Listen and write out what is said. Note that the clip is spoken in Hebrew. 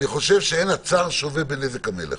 אני חושב שאין הצר שווה בנזק המלך.